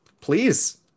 Please